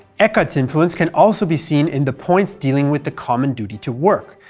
eckart's influence can also be seen in the points dealing with the common duty to work,